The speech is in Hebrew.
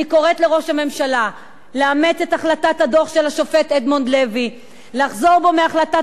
אני קוראת לראש הממשלה לחזור בו מהחלטת